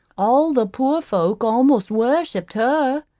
all the poor folk almost worshipped her.